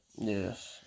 Yes